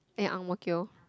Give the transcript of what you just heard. ya Ang-Mo-Kio